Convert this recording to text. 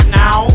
now